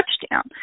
touchdown